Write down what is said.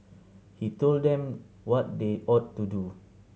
he told them what they ought to do